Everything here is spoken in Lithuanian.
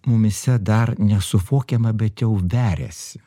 mumyse dar nesuvokiama bet jau veriasi